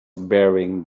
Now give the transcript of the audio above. bearing